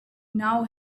now